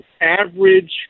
average